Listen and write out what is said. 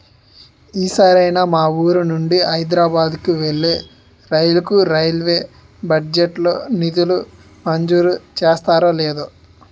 ఈ సారైనా మా వూరు నుండి హైదరబాద్ కు వెళ్ళే రైలుకు రైల్వే బడ్జెట్ లో నిధులు మంజూరు చేస్తారో లేదో